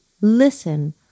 Listen